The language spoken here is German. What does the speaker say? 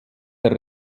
der